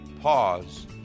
Pause